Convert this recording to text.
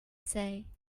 say